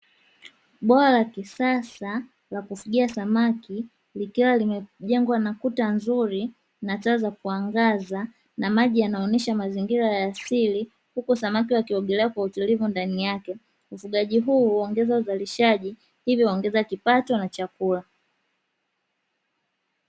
Bwawa la kisasa la kufugia samaki likiwa limejengwa na kuta nzuri na taa za kuangaza na maji yanayoonyesha mazingira ya asili huku samaki wakiogelea kwa utulivu ndani yake, ufugaji huu huongeza uzalishaji hivyo kuongeza kipato na chakula.